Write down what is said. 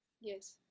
Yes